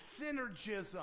synergism